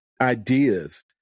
ideas